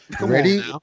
ready